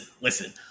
listen